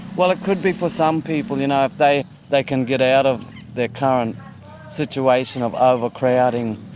well, it could be for some people, you know, if they they can get out of their current situation of ah overcrowding.